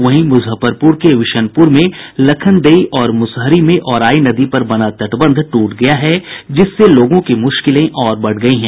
वहीं मुजफ्फरपुर के विशनपुर में लखनदेई और मुसहरी में औराई नदी पर बना तटबंध टूट गया है जिससे लोगों की मुश्किलें और बढ़ गयी हैं